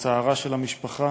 בצער של המשפחה,